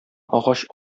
агач